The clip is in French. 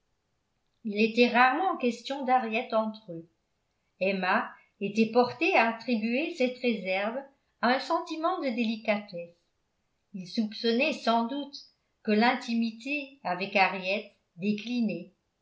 il était rarement question d'henriette entre eux emma était portée à attribuer cette réserve à un sentiment de délicatesse il soupçonnait sans doute que l'intimité avec henriette déclinait